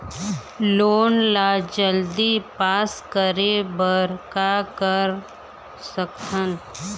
Loan ला जल्दी pass करे बर का कर सकथन?